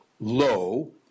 low